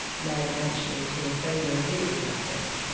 led eventually to a failure of legal justice.